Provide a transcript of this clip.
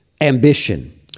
ambition